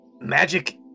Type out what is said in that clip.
Magic